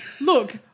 Look